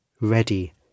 Ready